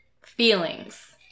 feelings